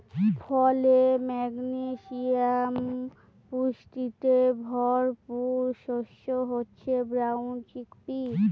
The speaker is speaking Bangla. ফলে, ম্যাগনেসিয়াম পুষ্টিতে ভরপুর শস্য হচ্ছে ব্রাউন চিকপি